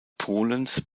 polens